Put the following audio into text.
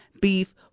beef